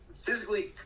physically